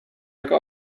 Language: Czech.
jako